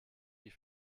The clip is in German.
die